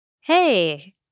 Hey